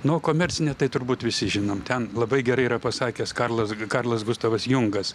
nu o komercinė tai turbūt visi žinom ten labai gerai yra pasakęs karlas karlas gustavas jungas